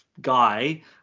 Guy